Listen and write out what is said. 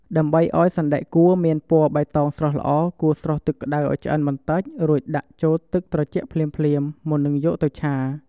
ដើម្បីឱ្យសណ្ដែកគួរមានពណ៌បៃតងស្រស់ល្អ គួរស្រុះទឹកក្ដៅឱ្យឆ្អិនបន្តិច រួចដាក់ចូលទឹកត្រជាក់ភ្លាមៗ មុននឹងយកទៅឆា។